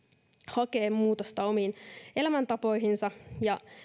hakee muutosta omiin elämäntapoihinsa ja